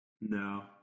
No